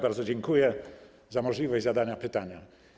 Bardzo dziękuję za możliwość zadania pytania.